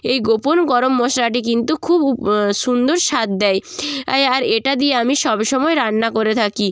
এই গোপন গরম মশলাটি কিন্তু খুব উপ্ সুন্দর স্বাদ দেয় এয় আর এটা দিয়ে আমি সবসময় রান্না করে থাকি